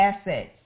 assets